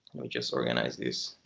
we just organized this